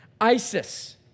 ISIS